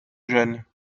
jeunes